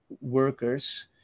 workers